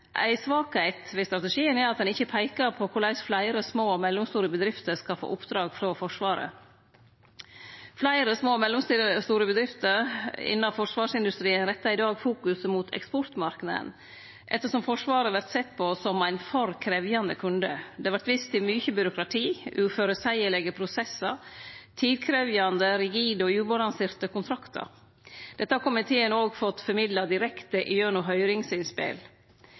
ei svakheit ved strategien er at han ikkje peikar på korleis fleire små og mellomstore bedrifter skal få oppdrag frå Forsvaret. Fleire små og mellomstore bedrifter innan forsvarsindustrien rettar i dag fokuset mot eksportmarknaden ettersom Forsvaret vert sett på som ein for krevjande kunde. Det vert vist til mykje byråkrati, uføreseielege prosessar og tidkrevjande, rigide og ubalanserte kontraktar. Dette har komiteen òg fått formidla direkte gjennom høyringsinnspel.